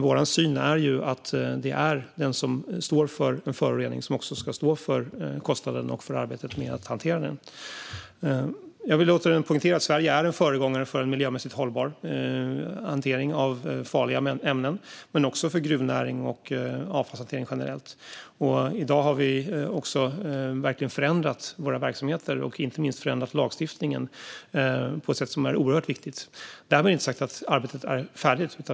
Vår syn är att det är den som står för en förorening som också ska stå för kostnaden för och arbetet med att hantera den. Jag vill återigen poängtera att Sverige är en föregångare när det gäller en miljömässigt hållbar hantering av farliga ämnen, men också när det gäller gruvnäring och avfallshantering generellt. I dag har vi också verkligen förändrat våra verksamheter och inte minst förändrat lagstiftningen på ett sätt som är oerhört viktigt. Därmed inte sagt att arbetet är färdigt.